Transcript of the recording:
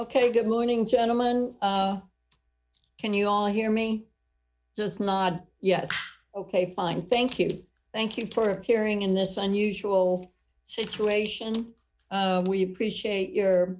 ok good morning gentleman can you all hear me just nod yes ok fine thank you thank you for appearing in this unusual situation we appreciate your